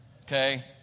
Okay